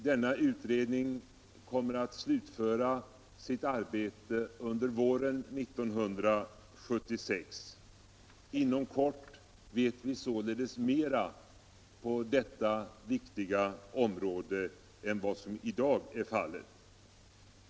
Denna utredning kommer att slutföra sitt arbete under våren 1976. Inom kort vet vi således mera på detta viktiga område än vad som i dag är fallet.